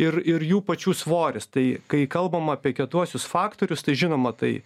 ir ir jų pačių svoris tai kai kalbam apie kietuosius faktorius tai žinoma tai